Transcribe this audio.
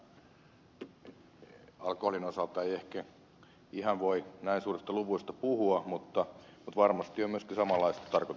alkoholin osalta ei ehkä ihan voi näin suurista luvuista puhua mutta varmasti on myöskin samanlaista tarkoitushakuisuutta